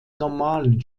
normalen